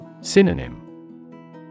Synonym